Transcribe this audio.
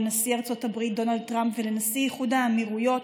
לנשיא ארצות הברית דונלד טראמפ ולנשיא איחוד האמירויות